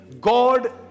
god